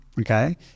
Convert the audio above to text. Okay